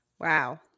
Wow